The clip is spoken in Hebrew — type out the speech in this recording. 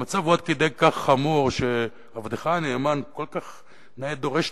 המצב הוא עד כדי כך חמור שעבדך הנאמן כל כך "נאה דורש,